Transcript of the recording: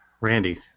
Randy